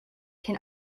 can